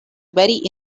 very